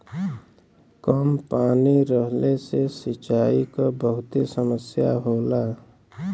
कम पानी रहले से सिंचाई क बहुते समस्या होला